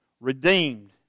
Redeemed